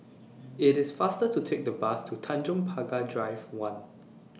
IT IS faster to Take The Bus to Tanjong Pagar Drive one